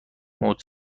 موج